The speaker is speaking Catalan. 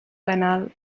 canal